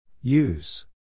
Use